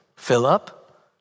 Philip